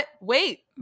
wait